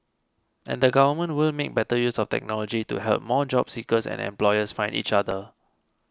and the government will make better use of technology to help more job seekers and employers find each other